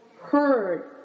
heard